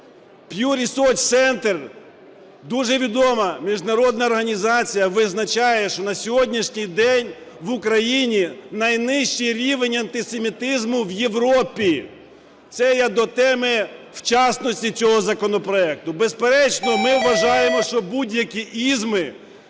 Center, дуже відома міжнародна організація, визначає, що на сьогоднішній день в Україні найнижчий рівень антисемітизму в Європі. Це я до теми вчасності цього законопроекту. Безперечно, ми вважаємо, що будь-які "ізми":